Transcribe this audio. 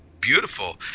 beautiful